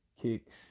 kicks